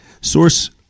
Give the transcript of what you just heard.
source